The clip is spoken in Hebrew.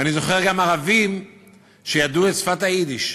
אני זוכר גם ערבים שידעו את שפת היידיש.